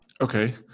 Okay